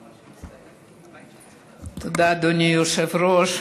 תודה, אדוני היושב-ראש.